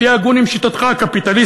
שתהיה הגון עם שיטתך הקפיטליסטית.